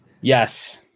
Yes